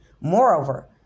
Moreover